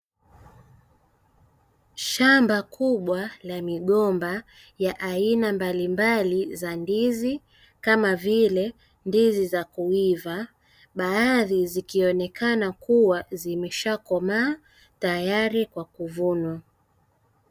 Shamba kubwa la migomba ya aina mbalimbali za ndizi kama vile ndizi za kuiva, baadhi zikionekana kuwa zimeshakomaa tayari kwa kuvunwa.